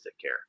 care